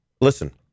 Listen